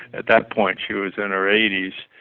at that point, she was in her eighty s.